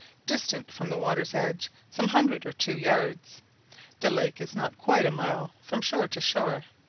distant from the water's edge some hundred or two yards the lake is not quite a mile from shore to shore.